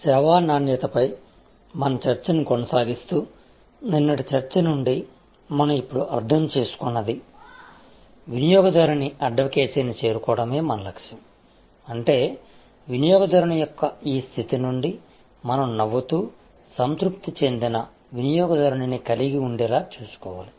సేవా నాణ్యతపై మన చర్చను కొనసాగిస్తూ నిన్నటి చర్చ నుండి మనం ఇప్పుడు అర్థం చేసుకున్నది వినియోగదారుని అడ్వకేసీని చేరుకోవడమే మన లక్ష్యం అంటే వినియోగదారుని యొక్క ఈ స్థితి నుండి మనం నవ్వుతూ సంతృప్తి చెందిన వినియోగదారునిని కలిగి ఉండేలా చూసుకోవాలి